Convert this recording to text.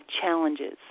challenges